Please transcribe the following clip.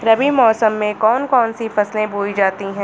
रबी मौसम में कौन कौन सी फसलें बोई जाती हैं?